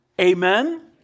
Amen